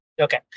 okay